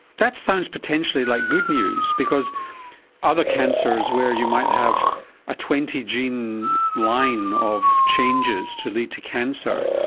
that sounds potentially like good news because other cancers where you might have a twenty gene line of changes to lead to cancer,